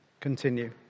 Continue